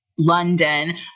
London